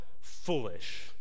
foolish